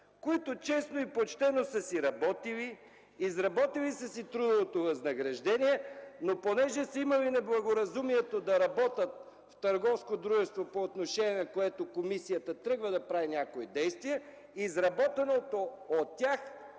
които честно и почтено са работили, изработили са трудовото си възнаграждение, но понеже са имали неблагоразумието да работят в търговско дружество, по отношение на което комисията тръгва да прави някакви действия, за изработеното от тях